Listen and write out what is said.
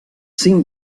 cinc